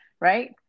right